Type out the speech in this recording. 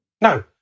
no